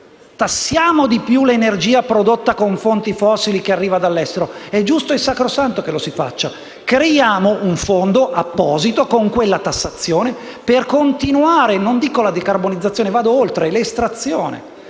Tassiamo di più l'energia, prodotta con fonti fossili, che arriva dall'estero, allora: è giusto e sacrosanto che lo si faccia. Creiamo un fondo apposito con quella tassazione per continuare, non dico la decarbonizzazione, ma - vado oltre - l'estrazione.